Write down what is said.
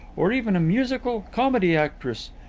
or even a musical comedy actress.